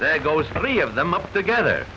there goes three of them up together